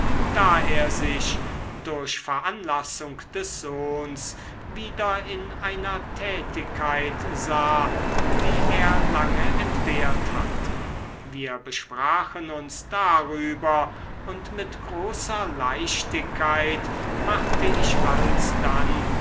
da er sich durch veranlassung des sohns wieder in einer tätigkeit sah die er lange entbehrt hatte wir besprachen uns darüber und mit großer leichtigkeit machte ich alsdann